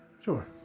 Sure